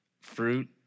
Fruit